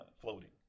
floating